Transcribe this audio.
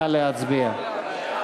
נא להצביע.